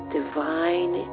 divine